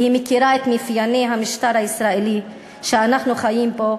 והיא מכירה את מאפייני המשטר הישראלי שאנחנו חיים בו,